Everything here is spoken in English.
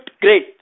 great